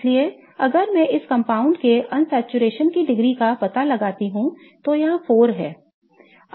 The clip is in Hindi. इसलिए अगर मैं इस कंपाउंड के लिए अनसैचुरेशन की डिग्री का पता लगाता हूं तो यह 4 है